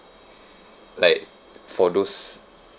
like for those